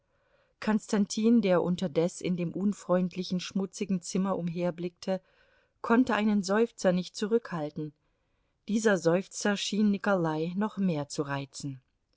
konstantin der unterdes in dem unfreundlichen schmutzigen zimmer umherblickte konnte einen seufzer nicht zurückhalten dieser seufzer schien nikolai noch mehr zu reizen